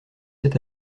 cet